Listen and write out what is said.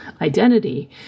identity